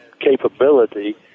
capability